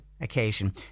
Occasion